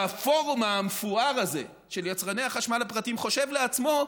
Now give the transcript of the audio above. והפורום המפואר הזה של יצרני החשמל הפרטיים חושב לעצמו: